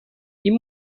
این